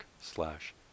slash